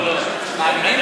מאמינים